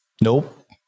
Nope